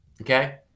okay